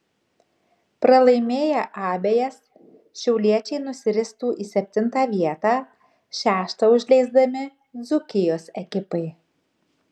pralaimėję abejas šiauliečiai nusiristų į septintą vietą šeštą užleisdami dzūkijos ekipai